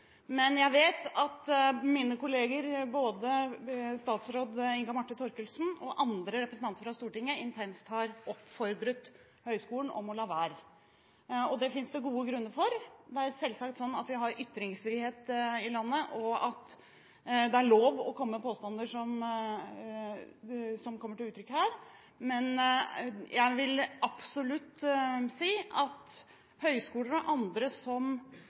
men jeg vet at mine kolleger, både statsråd Inga Marte Thorkildsen og andre, representanter fra Stortinget, intenst har oppfordret høyskolen om å la være. Det finnes det gode grunner for. Det er selvsagt slik at vi har ytringsfrihet i landet, og at det er lov å komme med påstander som kommer til uttrykk her, men jeg vil absolutt si at høyskoler og andre som